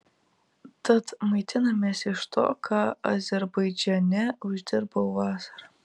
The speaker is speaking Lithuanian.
tad maitinamės iš to ką azerbaidžane uždirbau vasarą